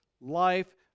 life